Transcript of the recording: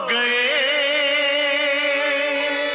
a